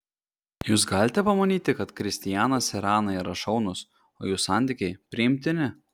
jūs galite pamanyti kad kristijanas ir ana yra šaunūs o jų santykiai priimtini